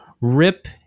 Rip